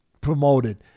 promoted